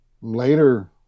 later